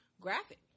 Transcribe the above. graphic